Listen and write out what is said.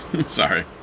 Sorry